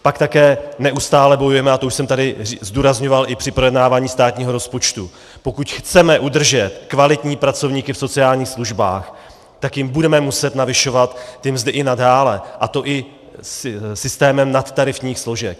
Pak také neustále bojujeme, a to už jsem tady zdůrazňoval i při projednávání státního rozpočtu pokud chceme udržet kvalitní pracovníky v sociálních službách, tak jim budeme muset zvyšovat mzdy i nadále, a to i systémem nadtarifních složek.